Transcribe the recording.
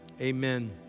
amen